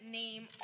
name